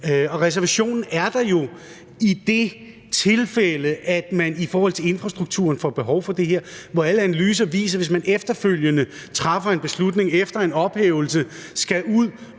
Reservationen er der jo i det tilfælde, at man i forhold til infrastrukturen får behov for det her. Alle analyser viser, at hvis man efterfølgende træffer en beslutning, altså efter en ophævelse, og skal ud